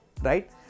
right